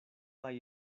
hay